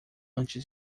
antes